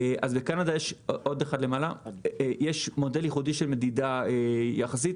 לקנדה יש מודל ייחודי של מדידה יחסית.